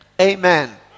Amen